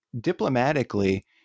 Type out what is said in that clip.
Diplomatically